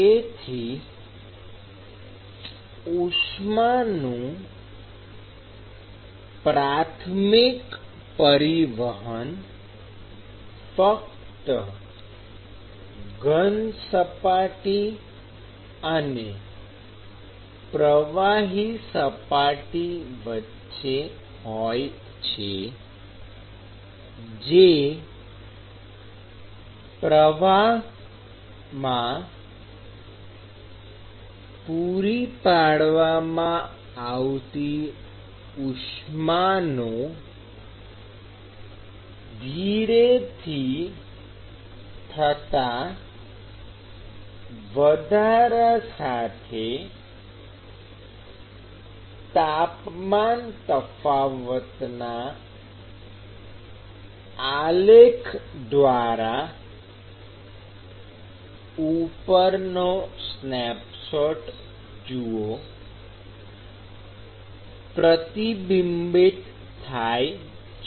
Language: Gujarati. તેથી ઉષ્માનું પ્રાથમિક પરિવહન ફક્ત ઘન સપાટી અને પ્રવાહી સપાટી વચ્ચે હોય છે જે પ્રવાહ પૂરી પાડવામાં આવતી ઉષ્માનો માં ધીરેથી થતા વધારા સાથે તાપમાન તફાવતના આલેખ ઉપરનો સ્નેપશોટ જુઓ દ્વારા પ્રતિબિંબિત થાય છે